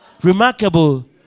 remarkable